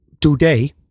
today